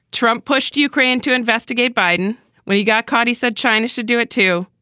trump pushed ukraine to investigate biden when he got cordie said china should do it, too,